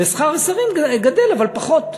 ושכר השרים גדל, אבל פחות,